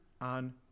on